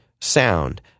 sound